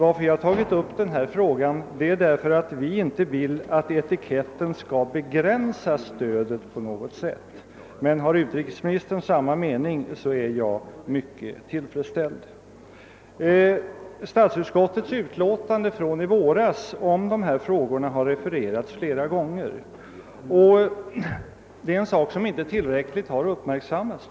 Att jag tagit upp denna sak beror på att vi inte vill att etiketten på något sätt skall begränsa stödet. Har utrikesministern samma mening är jag mycket tillfredsställd. Statsutskottets utlåtande från i våras om dessa frågor har refererats flera gånger. Det finns där en punkt som enligt min mening inte tillräckligt har uppmärksammats.